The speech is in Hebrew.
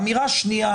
אמירה שנייה.